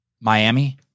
Miami